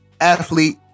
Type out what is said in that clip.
athlete